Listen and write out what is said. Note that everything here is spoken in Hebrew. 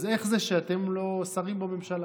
אז איך זה שאתם לא שרים בממשלה?